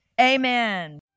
amen